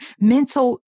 mental